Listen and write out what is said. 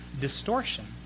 distortion